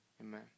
Amen